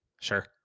Sure